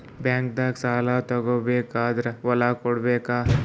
ಬ್ಯಾಂಕ್ನಾಗ ಸಾಲ ತಗೋ ಬೇಕಾದ್ರ್ ಹೊಲ ಕೊಡಬೇಕಾ?